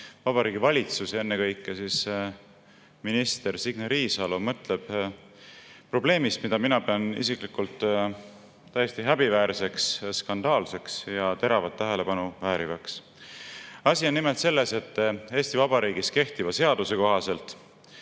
Vabariigi Valitsus ja ennekõike minister Signe Riisalo probleemist, mida mina pean isiklikult täiesti häbiväärseks, skandaalseks ja teravat tähelepanu väärivaks. Asi on nimelt selles, et Eesti Vabariigis kehtiva seaduse kohaselt,